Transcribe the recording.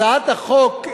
הצעת החוק,